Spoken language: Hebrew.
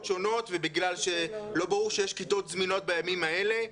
שונות וכיוון שלא ברור אם יש כיתות זמינות בימים האלה.